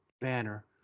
banner